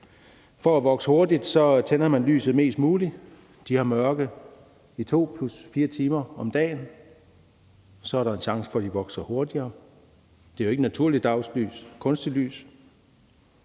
skal vokse hurtigt tænder man lyset mest muligt. De har mørke i 2 plus 4 timer om dagen. Så er der en chance for, at de vokser hurtigere. Det er ikke naturligt dagslys, men kunstigt lys.